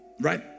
right